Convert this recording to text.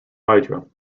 hydro